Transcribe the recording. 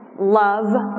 love